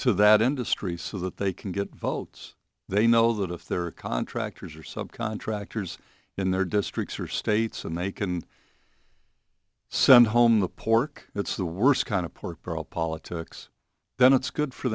to that industry so that they can get votes they know that if they're contractors or subcontractors in their districts or states and they can send home the pork it's the worst kind of pork barrel politics then it's good for